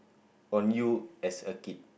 on you as a kid